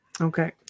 Okay